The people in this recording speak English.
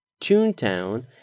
Toontown